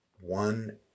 One